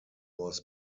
was